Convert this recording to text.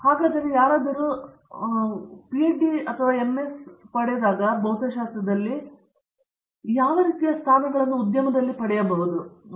ಹಾಗಿದ್ದಲ್ಲಿ ಯಾರಾದರೂ ಎಂಎಸ್ ಅಥವಾ ಪಿಹೆಚ್ಡಿಯೊಂದಿಗೆ ಪದವೀಧರರಾಗಿರುವಾಗ ಯಾವ ರೀತಿಯ ಸ್ಥಾನಗಳನ್ನು ಅವರು ಉದ್ಯಮದಲ್ಲಿ ಪಡೆಯುತ್ತಾರೆ ಇಲ್ಲವೇ ಹೋಗುತ್ತಾರೆ